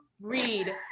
read